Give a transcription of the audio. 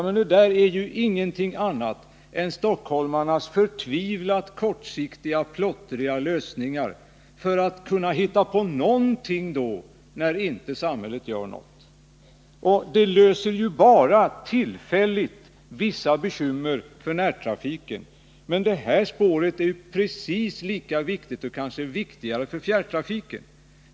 Men det där är ju ingenting annat än stockholmarnas förtvivlat kortsiktiga plottriga lösningar för att kunna hitta på något, när samhället nu inte gör någonting. Man löser bara tillfälligt vissa bekymmer för närtrafiken. Men detta spår är ju precis lika viktigt — kanske viktigare — för fjärrtrafiken.